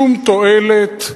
שום תועלת,